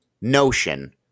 notion